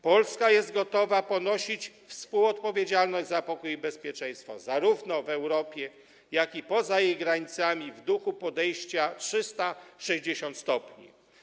Polska jest gotowa ponosić współodpowiedzialność za pokój i bezpieczeństwo zarówno w Europie, jak i poza jej granicami w duchu podejścia 360 stopni.